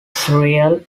israel